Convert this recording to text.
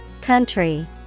Country